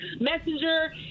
Messenger